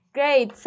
Great